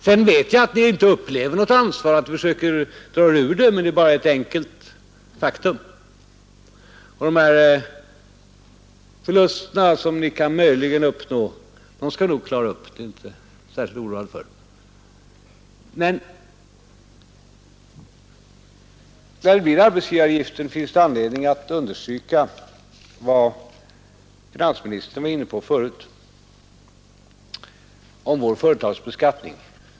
Jag vet att ni inte upplever något ansvar, att ni försöker dra er ur det här, men detta är ett enkelt faktum. Och de förluster som ni möjligen kan åstadkomma skall vi nog klara upp, det är jag inte särskilt oroad för. Men när det blir arbetsgivaravgiften som höjs finns det anledning att understryka vad finansministern var inne på förut i fråga om vår företagsbeskattning.